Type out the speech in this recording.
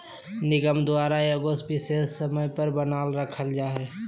निगम द्वारा एगो विशेष समय पर बनाल रखल जा हइ